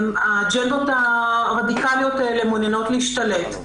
האג'נדות הרדיקליות האלה מעוניינות להשתלט.